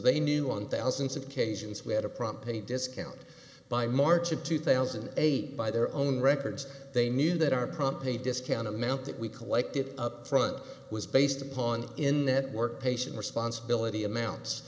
they knew on thousands of cases we had a prompt any discount by march of two thousand and eight by their own records they knew that our promptly discounted amount that we collected upfront was based upon in that work patient responsibility amounts